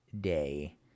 day